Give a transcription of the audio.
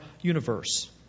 universe